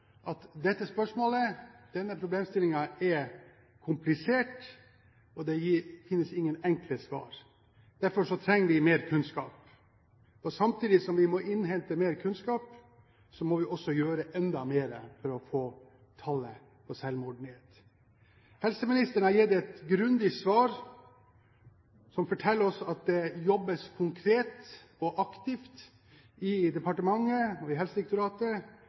at denne problemstillingen er komplisert, og det finnes ingen enkle svar. Derfor trenger vi mer kunnskap. Samtidig som vi må innhente mer kunnskap, må vi også gjøre enda mer for å få tallet på selvmord ned. Helseministeren har gitt et grundig svar, som forteller oss at det jobbes konkret og aktivt i departementet og i Helsedirektoratet